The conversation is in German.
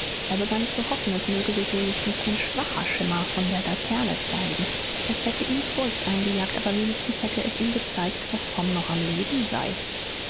er begann zu hoffen es möge sich wenigstens ein schwacher schimmer von der laterne zeigen es hätte ihm furcht eingejagt aber wenigstens hätte es ihm gezeigt daß tom noch am leben sei